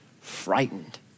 frightened